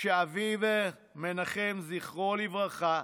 שאביו מנחם, זכרו לברכה,